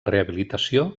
rehabilitació